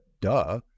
duh